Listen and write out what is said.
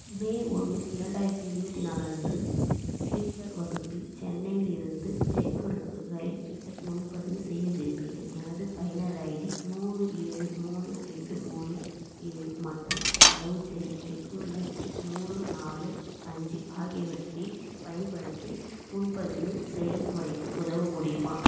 மே ஒன்று இரண்டாயிரத்தி இருபத்தி நாலு அன்று ஸ்லிப்பர் வகுப்பில் சென்னையிலிருந்து ஜெய்ப்பூருக்கு ரயில் டிக்கெட் முன்பதிவு செய்ய விரும்புகிறேன் எனது பயனர் ஐடி மூணு ஏழு மூணு ரெண்டு மூணு ஏழு மற்றும் அளவுச் செயல் செக்யூர் லாகின் மூணு நாலு அஞ்சு ஆகியவற்றை பயன்படுத்தி முன்பதிவு செயல்முறைக்கு உதவ முடியுமா